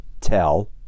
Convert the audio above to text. tell